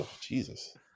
Jesus